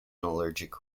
allergic